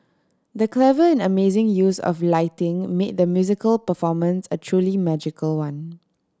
the clever and amazing use of lighting made the musical performance a truly magical one